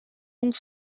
donc